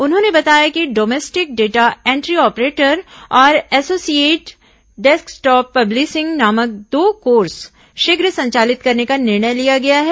उन्होंने बताया कि डोमेस्टिक डेटा एंटी ऑपरेटर और एसोसिएट डेस्कटॉप पब्लिशिंग नामक दो कोर्स शीघ्र संचालित करने का निर्णय लिया गया है